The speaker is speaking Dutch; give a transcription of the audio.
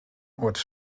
wordt